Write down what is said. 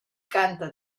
canta